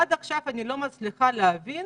ועד עכשיו אני לא מצליחה להבין